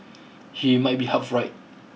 he might be half right